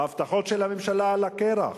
ההבטחות של הממשלה, על הקרח.